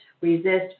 resist